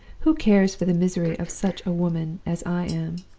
who cares for the misery of such a woman as i am?